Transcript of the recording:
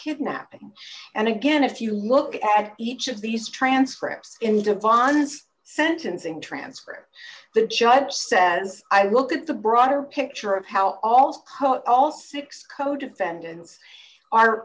kidnapping and again if you look at each of these transcripts in divines sentencing transcript the judge says i look at the broader picture of how all all six co defendants are